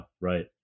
right